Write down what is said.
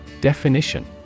Definition